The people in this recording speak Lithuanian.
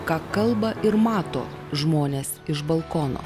ką kalba ir mato žmonės iš balkono